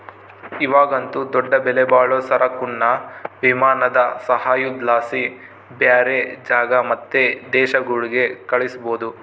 ಇವಾಗಂತೂ ದೊಡ್ಡ ಬೆಲೆಬಾಳೋ ಸರಕುನ್ನ ವಿಮಾನದ ಸಹಾಯುದ್ಲಾಸಿ ಬ್ಯಾರೆ ಜಾಗ ಮತ್ತೆ ದೇಶಗುಳ್ಗೆ ಕಳಿಸ್ಬೋದು